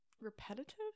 repetitive